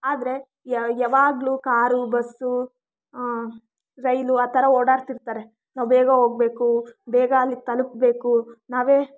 ಆದರೆ ಯಾವಾಗ್ಲು car bus rail ಆ ಥರ ಓಡಾಡ್ತಿರ್ತಾರೆ ನಾವು ಬೇಗ ಹೊಗ್ಬೇಕು ಬೇಗ ಅಲ್ಲಿಗೆ ತಲುಪಬೇಕು ನಾವೆ